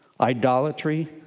idolatry